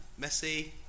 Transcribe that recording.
Messi